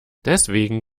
deswegen